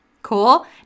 Cool